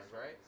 right